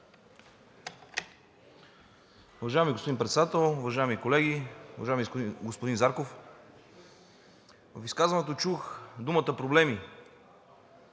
Уважаеми господин Председател, уважаеми колеги! Уважаеми господин Зарков, в изказването чух думата „проблеми“.